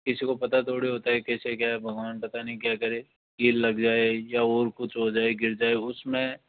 किसी को पता थोड़ी होता है कैसे क्या भगवान पता नहीं क्या करे कील लग जाए या और कुछ हो जाए गिर जाए उसमें